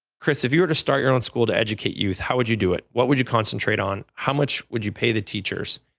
chris, if you were to start your own school to educate youth, how would you do it? what would you concentrate on? how much would you pay the teachers?